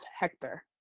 Hector